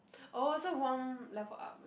oh so one level up